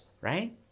right